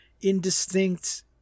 indistinct